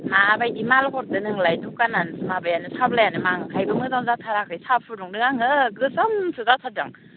माबायदि माल हरदो नोंलाय दुखानानो माबायानो साब्लायानो मांखायबो मोजां जाथाराखै साहा फुदुंदों आङो गोसोमसो जाथारदों